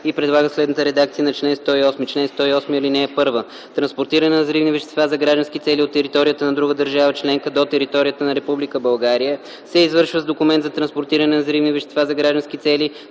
и предлага следната редакция на чл. 108: „Чл. 108. (1) Транспортиране на взривни вещества за граждански цели от територията на друга държава членка до територията на Република България се извършва с документ за транспортиране на взривни вещества за граждански цели